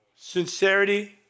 sincerity